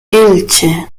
elche